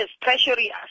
Treasury